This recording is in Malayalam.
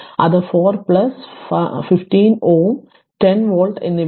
അതിനാൽ അത് 4 പ്ലസ് 1 5 ഓം 10 വോൾട്ട് എന്നിവയാണ്